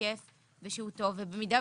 משקף ושהוא טוב, במידה